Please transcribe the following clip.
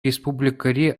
республикӑри